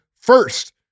first